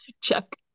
Check